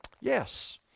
Yes